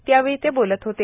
त्यावेळी ते बोलत होते